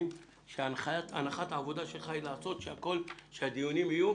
על זה שהנחת העבודה שלך היא לעשות הכול שהדיונים יהיו